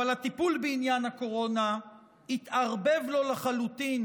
אבל הטיפול בעניין הקורונה התערבב לו לחלוטין